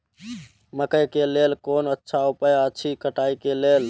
मकैय के लेल कोन अच्छा उपाय अछि कटाई के लेल?